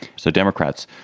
so democrats,